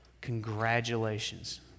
Congratulations